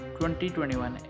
2021